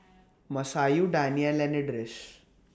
Masayu Daniel and Idris